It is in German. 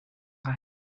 rhein